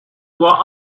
were